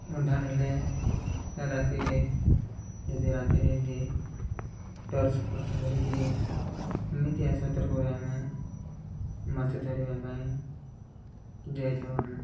ଅନ୍ଧାର ହେଲେ ରାତିରେ ଯଦି ରାତିରେ ଏମିତି ଟର୍ଚ୍ ଫର୍ଚ୍ ଧରିକିରି ଏମିତିଆ ସତର୍କରେ ଆମେ ମାଛ ଧରିବା ପାଇଁ ଯାଇଥାଉ ଆମେ